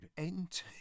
NT